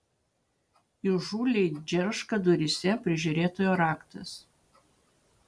įžūliai džerška duryse prižiūrėtojo raktas